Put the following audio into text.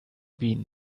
been